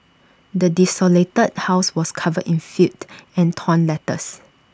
the desolated house was covered in filth and torn letters